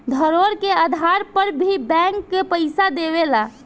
धरोहर के आधार पर भी बैंक पइसा देवेला